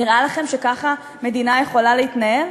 נראה לכם שככה מדינה יכולה להתנהל,